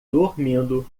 dormindo